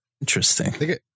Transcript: Interesting